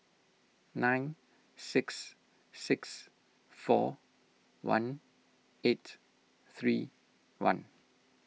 nine six six four one eight three one